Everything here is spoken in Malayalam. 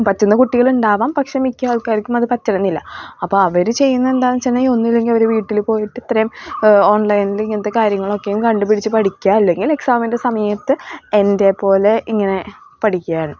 പറ്റുന്ന കുട്ടികളുണ്ടാവാം പക്ഷേ മിക്ക ആൾക്കാർക്കും അത് പറ്റണമെന്നില്ല അപ്പം അവർ ചെയ്യുന്നത് എന്താണെന്ന് വെച്ചിട്ടുണ്ടെങ്കിൽ ഒന്നുല്ലെങ്കിൽ അവർ വീട്ടിൽ പോയിട്ട് ഇത്രയും ഓൺലൈനിൽ ഇങ്ങനത്തെ കാര്യങ്ങളൊക്കെയും കണ്ടുപിടിച്ച് പഠിക്കുക അല്ലങ്കിൽ എക്സാമിൻ്റെ സമയത്ത് എൻ്റെ പോലെ ഇങ്ങനെ പഠിക്കുകയാണ്